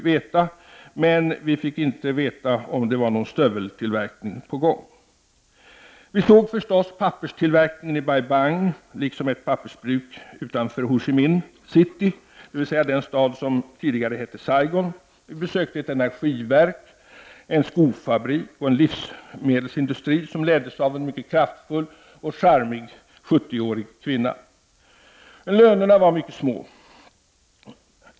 Om det var någon stöveltillverkning på gång fick vi däremot inte veta. Vi såg förstås papperstillverkningen i Bai-Bang liksom ett pappersbruk utanför Ho Chi Minh City dvs. den stad som tidigare hette Saigon. Vi besökte ett energiverk, en skofabrik samt en livsmedelsindustri som leddes av en mycket kraftfull och charmig 70-årig kvinna. Lönerna var mycket små.